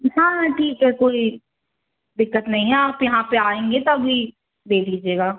हाँ हाँ ठीक है कोई दिक्कत नहीं है आप यहाँ पर आएंगे तभी देख लीजिएगा